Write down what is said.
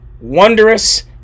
wondrous